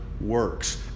works